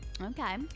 Okay